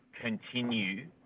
continue